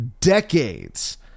decades